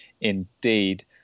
indeed